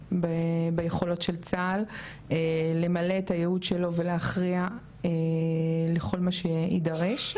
ביכולות של צה"ל למלא את הייעוד שלו ולהכריע לכל מה שיידרש.